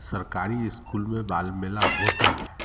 सरकारी इस्कूल में बाल मेला होता है